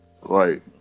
Right